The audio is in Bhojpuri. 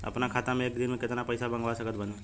अपना खाता मे एक दिन मे केतना पईसा मँगवा सकत बानी?